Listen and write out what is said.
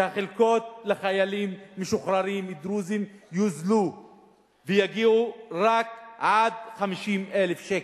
שהחלקות לחיילים דרוזים משוחררים יוזלו ויגיעו רק עד 50,000 שקל.